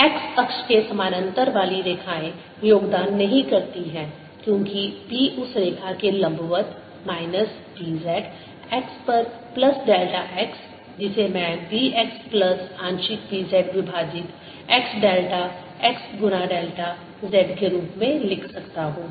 X अक्ष के समानांतर वाली रेखाएँ योगदान नहीं करती हैं क्योंकि B उस रेखा के लंबवत है माइनस B z x पर प्लस डेल्टा x जिसे मैं B x प्लस आंशिक B z विभाजित x डेल्टा x गुना डेल्टा z के रूप में लिख सकता हूँ